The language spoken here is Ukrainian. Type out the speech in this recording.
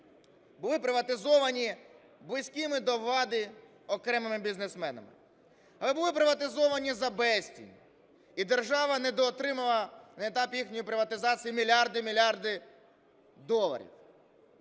були приватизовані близькими до влади окремими бізнесменами, але були приватизовані за безцінь і держава недоотримала на етапі їхньої приватизації мільярди і мільярди доларів.